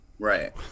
right